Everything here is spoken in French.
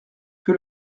que